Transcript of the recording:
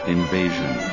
Invasion